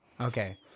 Okay